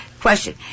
question